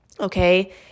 okay